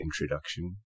introduction